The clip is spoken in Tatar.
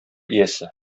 иясе